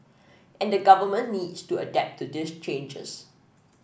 and the government needs to adapt to these changes